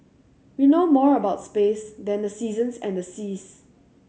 we know more about space than the seasons and the seas